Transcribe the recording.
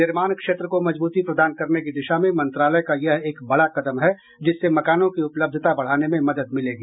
निर्माण क्षेत्र को मजबूती प्रदान करने की दिशा में मंत्रालय का यह एक बड़ा कदम है जिससे मकानों की उपलब्धता बढ़ाने में मदद मिलेगी